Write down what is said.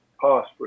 past